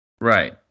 right